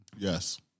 Yes